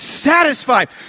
satisfied